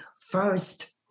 First